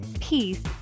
peace